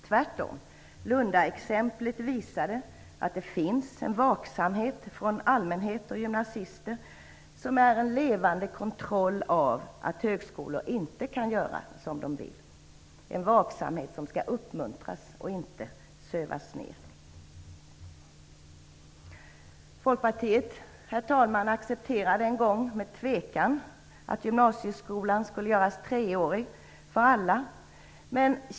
Tvärtom visar Lundaexemplet att det finns en vaksamhet bland allmänhet och gymnasister, som ju är en levande kontroll av att högskolor inte kan göra som de vill. Det är en vaksamhet som skall uppmuntras - inte sövas ner! Folkpartiet accepterade en gång med tvekan att gymnasieskolan skulle göras treårig för alla.